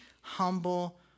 humble